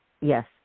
yes